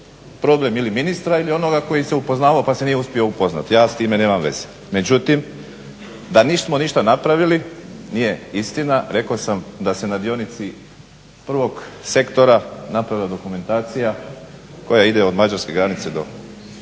problem ili ministra ili onoga koji je upoznavao pa se nije uspio upoznati. Ja s time nemam veze. Međutim, da nismo ništa napravili nije istina. Rekao sam da se na dionici prvog sektora napravila dokumentacija koja ide od mađarske granice do,